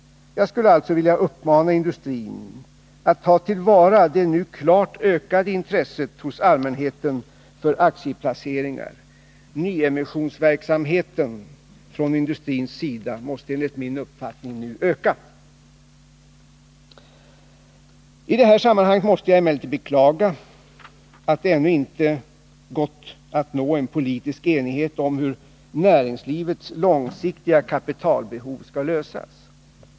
Jag skulle därför vilja uppmana industrin att ta till vara det nu klart ökade intresset hos allmänheten för aktieplaceringar. Nyemissionsverksamheten ifrån industrin måste enligt min uppfattning nu öka. I detta sammanhang måste jag emellertid beklaga att det ännu inte gått att nå en politisk enighet om hur näringslivets långsiktiga kapitalbehov skall lösas.